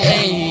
Hey